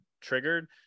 triggered